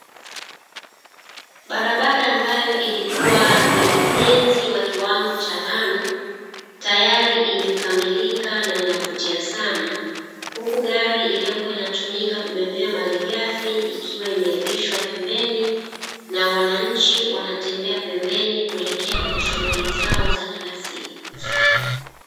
Barabara ambayo ilikuwa kwenye ujenzi wa kiwango cha lami, tayari imekamilika na inavutia sana. Huku gari iliyokuwa inatumika kubebea malighafi ikiwa imeegeshwa pembeni, na wananchi wanatembea pembeni kuelekea kwenye shughuli zao za kila siku.